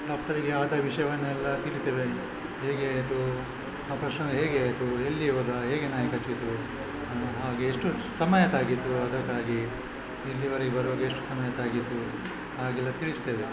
ಡಾಕ್ಟರಿಗೆ ಆದ ವಿಷಯವನ್ನೆಲ್ಲ ತಿಳಿಸ್ತೇವೆ ಹೇಗೆ ಆಯಿತು ಆ ಪರ್ಸನ್ಗೆ ಹೇಗೆ ಆಯಿತು ಎಲ್ಲಿ ಹೋದ ಹೇಗೆ ನಾಯಿ ಕಚ್ಚಿತು ಹಾಗೆ ಎಷ್ಟು ಸಮಯ ತಾಗಿತು ಅದಕ್ಕಾಗಿ ಇಲ್ಲಿವರೆಗೆ ಬರುವಾಗ ಎಷ್ಟು ಸಮಯ ತಾಗಿತು ಹಾಗೆಲ್ಲ ತಿಳಿಸ್ತೇವೆ